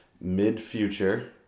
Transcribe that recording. mid-future